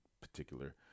particular